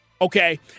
Okay